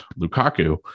Lukaku